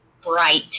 bright